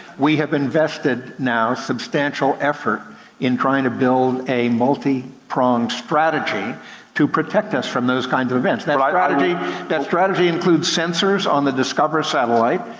we have invested now substantial effort in trying to build a multi-prong strategy strategy to protect us from those kinds of events. that strategy that strategy includes sensors on the discover satellite,